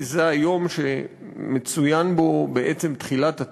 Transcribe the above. זה היום שמצוינת בו בעצם תחילת הטבח.